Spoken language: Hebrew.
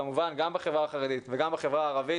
כמובן גם בחברה החרדית וגם בחברה הערבית.